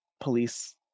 police